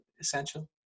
essential